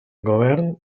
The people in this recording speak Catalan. govern